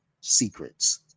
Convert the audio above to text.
secrets